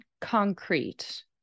concrete